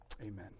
amen